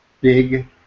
big